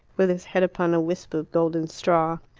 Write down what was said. with his head upon a wisp of golden straw.